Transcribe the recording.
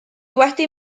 wedi